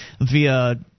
via –